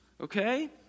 okay